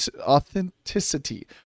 authenticity